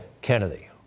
Kennedy